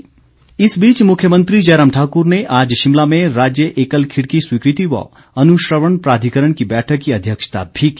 एकल खिड़की इस बीच मुख्यमंत्री जयराम ठाक्र ने आज शिमला में राज्य एकल खिड़की स्वीकृति व अनुश्रवण प्राधिकरण की बैठक की अध्यक्षता भी की